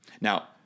Now